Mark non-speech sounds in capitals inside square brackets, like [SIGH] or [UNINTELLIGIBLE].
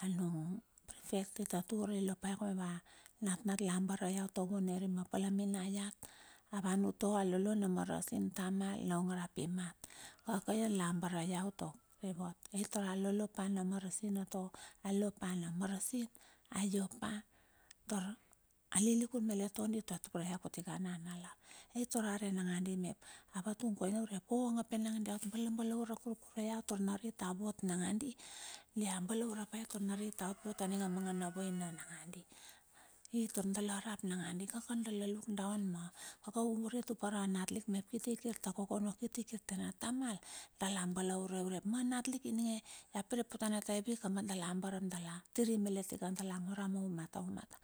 Anung fet [UNINTELLIGIBLE] i tatur i lo paia koua natnat la ambare ia utau vumeri ma pala minaiat auan utua alolo na marasin tamal na ongor rap imat kakaian lambare utua, a not ai tara lolo pa na marasin ato, alo pa na marasin a iopa tar alikun malet komoi tatoke ya tar kutika nanalar ai tar arel nangadi mep a vatung koina urep kokong ap enang dia ot bala, balaure kurkurue ia tar narit auot nangandi dia balaure paia taur narit aot vut aving mangana vaina nangandi. I tar dala rap langandi kaka dala luk daon ma kaka u nure tupere a natlik mep kiti kirta kokono kiti kirte na tamal dala balaure rep ma natlik, ininge ia poro na ta hevi, kamba dala bar ap dala tiri melet ika, dala vere vaimat avi mata.